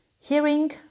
Hearing